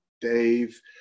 Dave